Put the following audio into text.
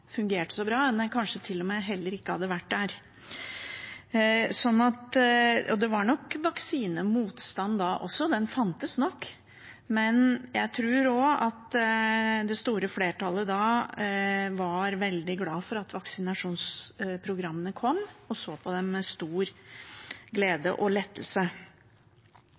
fungerte så bra, og at den kanskje til og med heller ikke var der. Det var nok vaksinemotstand da også, den fantes nok, men jeg tror at det store flertallet da var veldig glad for at vaksinasjonsprogrammene kom, og så på det med stor glede og lettelse.